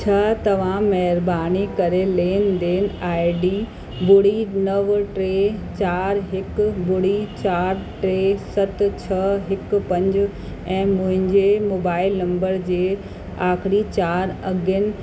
छा तव्हां महिरबानी करे लेन देन आईडी ॿुड़ी नव टे चारि हिकु ॿुड़ी चारि टे सत छह हिकु पंज ऐं मुंहिंजे मोबाइल नम्बर जे आख़िरी चारि अङनि